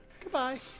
Goodbye